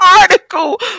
article